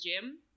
gym